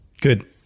Good